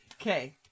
Okay